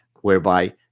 whereby